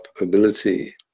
ability